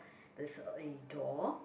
there's a door